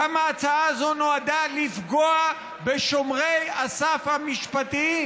כמה ההצעה הזאת נועדה לפגוע בשומרי הסף המשפטיים,